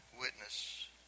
witness